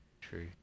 True